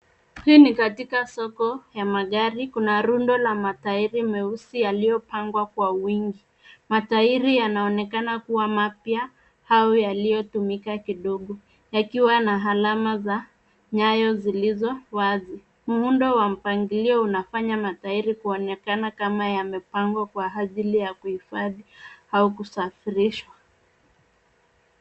Hii ni katika soko ya magari. Kuna rundo la matairi meusi yaliyopangwa kwa wingi. Matairi yanaonekana kuwa mapya au yaliyotumika kidogo yakiwa na alama za nyaya zilizo wazi. Muundo wa mpangilio unafanya matairi kuonekana kama yamepangwa kwa ajili ya kuhifadhi au kusafirisha